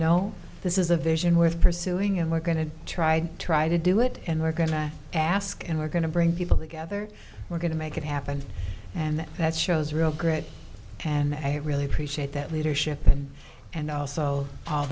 know this is a vision worth pursuing and we're going to try to try to do it and we're going to ask and we're going to bring people together we're going to make it happen and that shows real grit and i really appreciate that leadership and and also all